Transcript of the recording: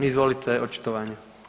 Izvolite, očitovanje.